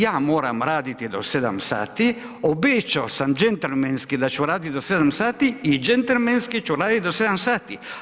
Ja moram raditi do 7 sati, obećao sam džentlmenski da ću raditi do 7 sati i džentlmenski ću raditi do 7 sati.